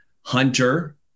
Hunter